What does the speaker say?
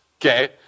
okay